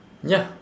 ya